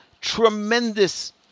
tremendous